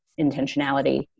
intentionality